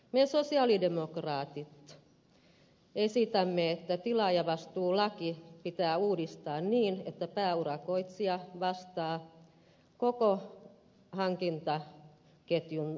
me sosialidemokraatit esitämme että tilaajavastuulaki pitää uudistaa niin että pääurakoitsija vastaa koko hankintaketjun toiminnasta